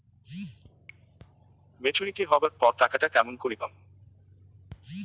Maturity হবার পর টাকাটা কেমন করি পামু?